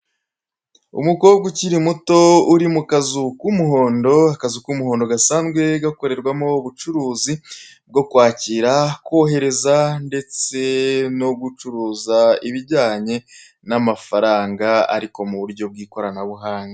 Umukobwa ukiri muto uri mukazu k'umuhondo, akazu k'umuhondo gasanzwe gakorerwamo ubucuruzi bwo kwakira, kohereza ndetse no gucuruza ibijyanye n' amafaranga ariko mu buryo bw'ikoranabuhanga.